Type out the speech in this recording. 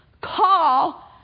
Call